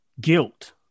guilt